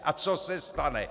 A co se stane?